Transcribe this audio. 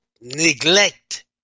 neglect